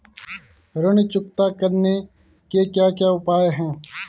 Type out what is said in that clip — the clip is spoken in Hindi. ऋण चुकता करने के क्या क्या उपाय हैं?